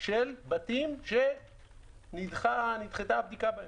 של בתים שנדחתה הבדיקה בהם.